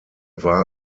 war